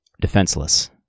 defenseless